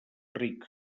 ric